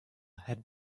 had